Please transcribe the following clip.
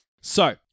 So-